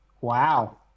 Wow